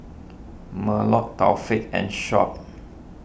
Melur Taufik and Shuib